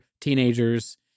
teenagers